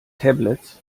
tablets